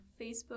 Facebook